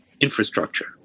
infrastructure